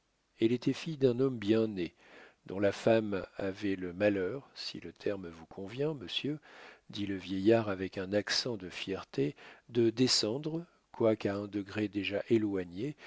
elle était fille d'un homme bien né dont la femme avait le malheur si le terme vous convient monsieur dit le vieillard avec un accent de fierté de descendre quoiqu'à un degré déjà éloigné